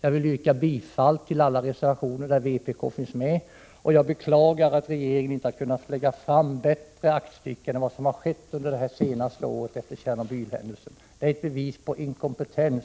Jag vill yrka bifall till alla reservationer där vpk finns med, och jag beklagar att regeringen inte har kunnat lägga fram bättre aktstycken än som har skett under det år som har gått efter Tjernobylhändelsen. Det är ett bevis på inkompetens